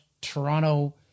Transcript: Toronto